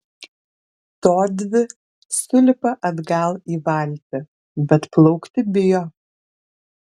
todvi sulipa atgal į valtį bet plaukti bijo